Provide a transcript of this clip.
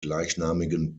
gleichnamigen